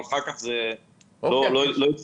אבל אחר כך זה לא הסתייע,